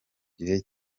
gihe